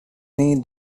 need